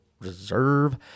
Reserve